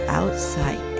outside